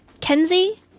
Kenzie